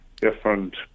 different